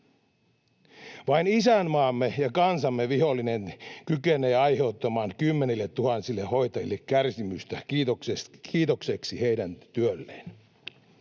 Vain isänmaamme ja kansamme vihollinen kykenee aiheuttamaan kymmenilletuhansille hoitajille kärsimystä kiitokseksi heidän työstään.